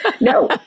No